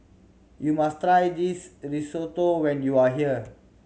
you must try this Risotto when you are here